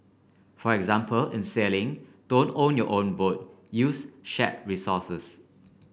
for example in sailing don't own your own boat use shared resources